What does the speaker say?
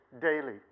daily